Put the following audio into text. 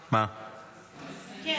כן,